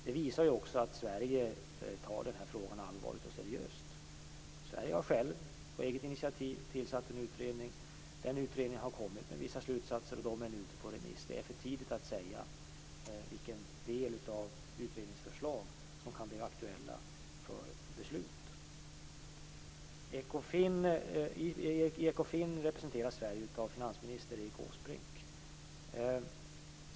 Detta visar att man i Sverige ser allvarligt och seriöst på frågan. Man har i Sverige på eget initiativ tillsatt en utredning. Utredningen har lagt fram vissa slutsatser. De är nu ute på remiss. Det är för tidigt att säga vilken del av utredningens förslag som kan bli aktuell för beslut. Erik Åsbrink.